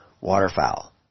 waterfowl